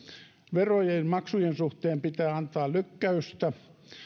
verojen maksujen suhteen pitää antaa lykkäystä